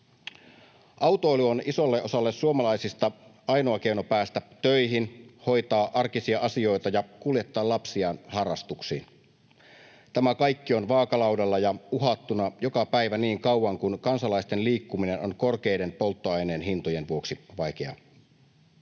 Autoilu on isolle osalle suomalaisista ainoa keino päästä töihin, hoitaa arkisia asioita ja kuljettaa lapsiaan harrastuksiin. Tämä kaikki on vaakalaudalla ja uhattuna joka päivä niin kauan kuin kansalaisten liikkuminen on korkeiden polttoaineen hintojen vuoksi vaikeaa.